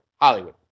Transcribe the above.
Hollywood